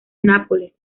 nápoles